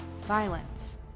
violence